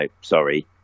sorry